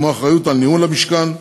כמו אחריות לניהול המשכן,